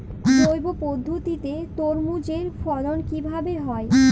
জৈব পদ্ধতিতে তরমুজের ফলন কিভাবে হয়?